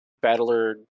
Battler